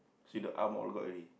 see the arm all got already